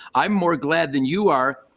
i'm more glad than you are,